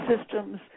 system's